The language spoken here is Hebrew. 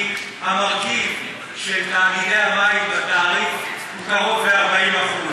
כי המרכיב של תאגידי המים בתעריף הוא קרוב ל-40%,